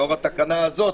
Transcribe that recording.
לאור התקנה הזאת,